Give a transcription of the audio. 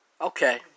okay